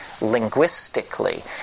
linguistically